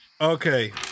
Okay